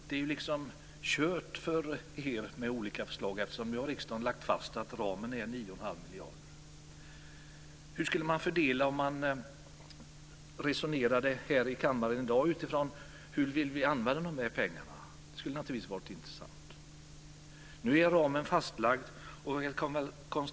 Men det är liksom kört för er med olika förslag, eftersom riksdagen har lagt fast att ramen är 9 1⁄2 miljarder. Hur skulle pengarna fördelas om vi här i kammaren i dag resonerade utifrån hur vi vill använda dem? Det skulle naturligtvis vara intressant att veta. Nu är ramen fastlagd.